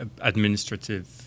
administrative